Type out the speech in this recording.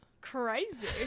crazy